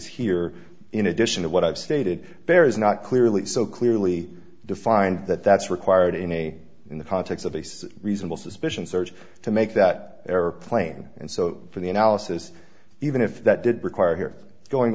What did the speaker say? here in addition to what i've stated there is not clearly so clearly defined that that's required in a in the context of base reasonable suspicion search to make that airplane and so for the analysis even if that did require here